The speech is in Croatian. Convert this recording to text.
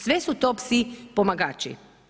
Sve su to psi pomagači.